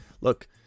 Look